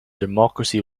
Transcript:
democracy